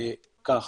ככה,